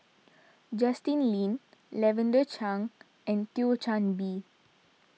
Justin Lean Lavender Chang and Thio Chan Bee